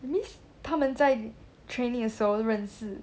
that means 他们在 training 的时候认识